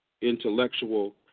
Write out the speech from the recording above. intellectual